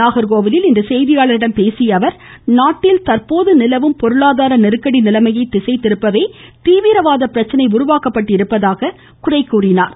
நாகர்கோவிலில் இன்று செய்தியாளர்களிடம் பேசிய அவர் நாட்டில் தந்போது நிலவும் பொருளாதார நெருக்கடி நிலைமையை திசை திருப்பவே தீவிரவாத பிரச்சனை உருவாக்கப்பட்டிருப்பதாக குறை கூறினார்